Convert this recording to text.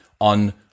on